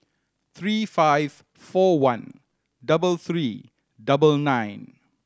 three five four one double three double nine